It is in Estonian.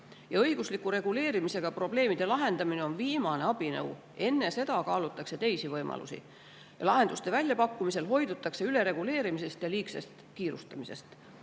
"Õigusliku reguleerimisega probleemide lahendamine on viimane abinõu, enne seda kaalutakse teisi võimalusi. Lahenduste väljapakkumisel hoidutakse ülereguleerimisest ja liigsest kiirustamisest."